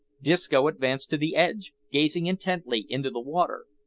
disco advanced to the edge, gazed intently into the water,